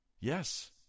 Yes